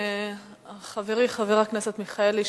חברי חבר הכנסת מיכאלי,